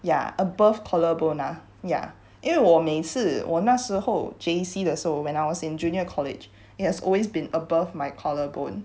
ya above collar bone ah ya 因为我每次我那时候 J_C 的时候 when I was in junior college it has always been above my collar bone